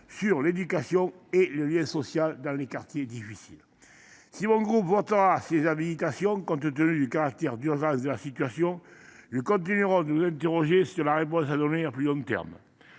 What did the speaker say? sur l’éducation et le lien social dans les quartiers difficiles. Mon groupe votera ces habilitations, compte tenu du caractère d’urgence de la situation, mais il continuera de s’interroger sur les réponses à apporter à plus long terme.